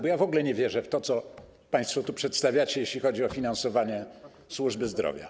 Bo w ogóle nie wierzę w to, co państwo przedstawiacie, jeśli chodzi o finansowanie służby zdrowia.